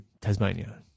Tasmania